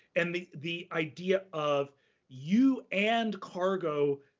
and the the idea of you and car-go,